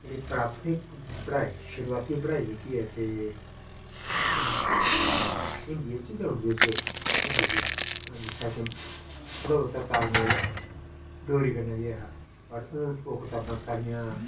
साढ़ी प्राथमिक पढ़ाई शुरुआती पढ़ाई जेह्की ऐ ते हिंदिए च जां उर्दुए च होंदी ही हून मतलब इसदा थोह्ड़ा बौह्ता तालमेल डोगरी कन्नै बी ऐ हा पर हून ओह् कताबां सारियां